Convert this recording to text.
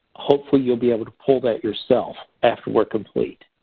hopefully, you'll be able to pull that yourself after we're complete.